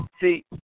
See